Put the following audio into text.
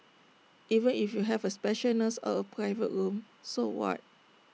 even if you have A special nurse or A private room so what